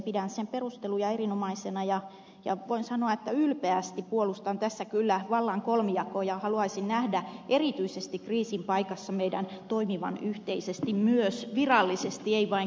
pidän sen perusteluja erinomaisina ja voin sanoa että ylpeästi puolustan tässä kyllä vallan kolmijakoa ja haluaisin nähdä erityisesti kriisin paikassa meidän toimivan yhteisesti myös virallisesti ei vain keskusteluissa